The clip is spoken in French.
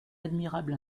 admirable